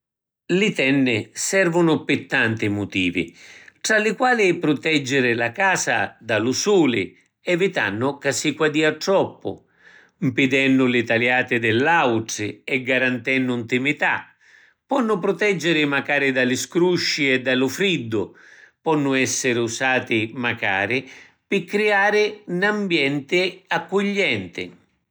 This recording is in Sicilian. Li tenni servunu pi tanti mutivi, tra li quali pruteggiri la casa da lu suli evitannu ca si quadia troppu, mpidennu li taliati di l’autri e garantennu ntimità. Ponnu pruteggiri macari da li scrusci e da lu friddu. Ponnu essiri usati macari pi criari n’ambienti accuglienti.